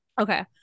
Okay